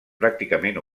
pràcticament